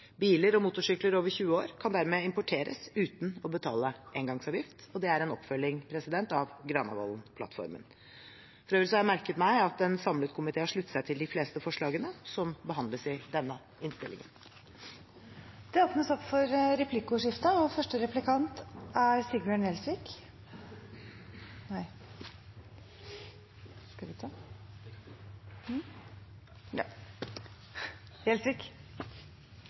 Biler og motorsykler over 20 år kan dermed importeres uten å betale engangsavgift. Det er en oppfølging av Granavolden-plattformen. Jeg har merket meg at en samlet komité har sluttet seg til de fleste forslagene som behandles i denne innstillingen. Det åpnes for replikkordskifte.